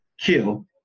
kill